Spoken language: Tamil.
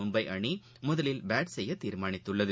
மும்பை அணி முதலில் பேட் செய்ய தீர்மானித்துள்ளது